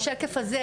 בשקף הזה,